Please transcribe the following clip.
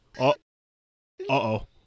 Uh-oh